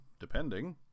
depending